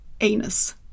anus